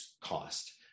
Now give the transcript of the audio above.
cost